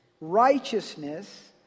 righteousness